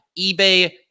eBay